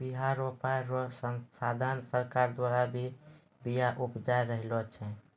बिया रोपाय रो साधन सरकार द्वारा भी बिया उपजाय रहलो छै